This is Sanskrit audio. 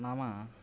नाम